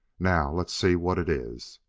now let's see what it is.